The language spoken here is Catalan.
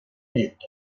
dit